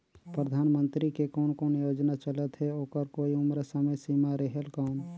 परधानमंतरी के कोन कोन योजना चलत हे ओकर कोई उम्र समय सीमा रेहेल कौन?